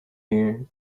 here